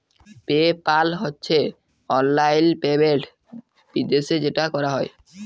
pay পাল হছে অললাইল payment বিদ্যাশে যেট ক্যরা হ্যয়